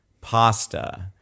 pasta